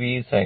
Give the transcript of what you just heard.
V sin α